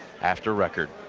after record,